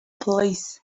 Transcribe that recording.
police